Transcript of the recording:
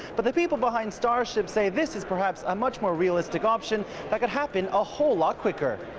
but the people behind starship say this is perhaps a much more realistic option that can happen a whole lot quicker.